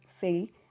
say